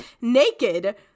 naked